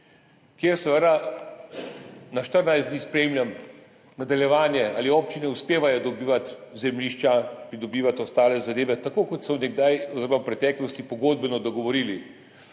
kjer seveda na 14 dni spremljam nadaljevanje, ali občine uspevajo dobivati zemljišča, pridobivati ostale zadeve, tako kot so se nekdaj oziroma v preteklosti pogodbeno dogovorili.